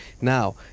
Now